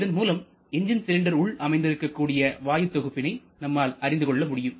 இதன் மூலம் engine cylinder உள் அமைந்திருக்கக் கூடிய வாயு தொகுப்பினை நம்மால் அறிந்து கொள்ள முடியும்